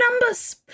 numbers